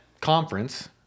conference